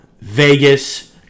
Vegas